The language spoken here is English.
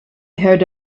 heard